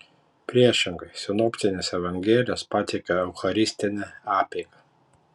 priešingai sinoptinės evangelijos pateikia eucharistinę apeigą